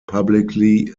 publicly